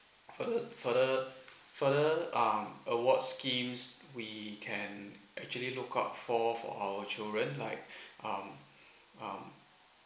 fur~ further further um awards scheme we can actually look out for for our children like um um